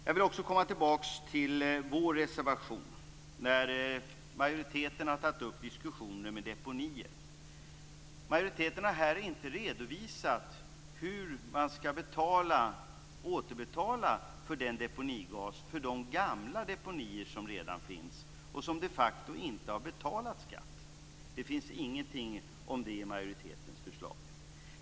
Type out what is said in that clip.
Jag vill återkomma till vår reservation. Majoriteten har tagit upp diskussioner om deponier. Majoriteten har inte redovisat hur man skall återbetala för de gamla deponier som redan finns och som de facto inte har betalat skatt. Det finns ingenting om det i majoritetens förslag.